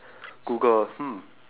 Google hmm